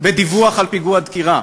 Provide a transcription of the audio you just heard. בדיווח על פיגוע דקירה.